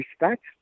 respect